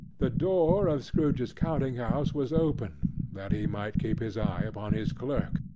the door of scrooge's counting-house was open that he might keep his eye upon his clerk,